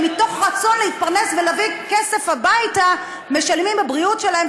שמתוך רצון להתפרנס ולהביא כסף הביתה משלמים בבריאות שלהם,